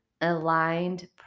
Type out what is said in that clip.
aligned